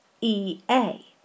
E-A